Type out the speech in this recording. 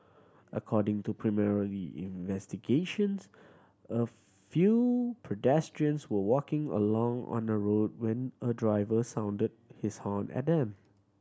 according to preliminary investigations a few pedestrians were walking along on a road when a driver sounded his horn at them